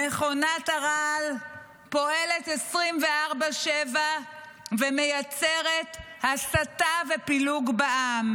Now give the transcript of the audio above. מכונת הרעל פועלת 24/7 ומייצרת הסתה ופילוג בעם,